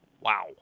Wow